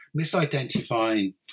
misidentifying